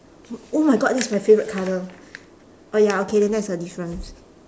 oh my god that's my favourite colour oh ya okay then that's a difference